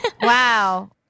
Wow